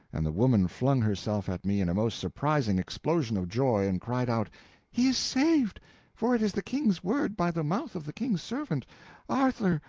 and the woman flung herself at me in a most surprising explosion of joy, and cried out he is saved for it is the king's word by the mouth of the king's servant arthur,